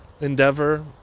endeavor